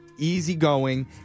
Easygoing